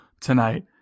tonight